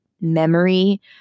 memory